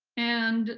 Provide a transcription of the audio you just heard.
and